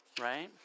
Right